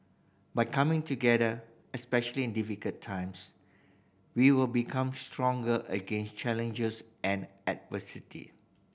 by coming together especially in difficult times we will become stronger against challenges and adversity